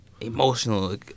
emotional